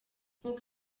nk’uko